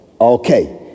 Okay